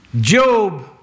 Job